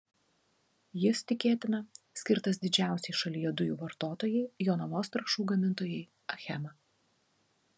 jis tikėtina skirtas didžiausiai šalyje dujų vartotojai jonavos trąšų gamintojai achema